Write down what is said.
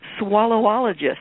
swallowologist